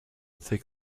thick